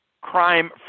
Crime